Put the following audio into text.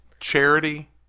Charity